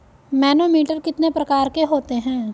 Manometer कितने प्रकार के होते हैं?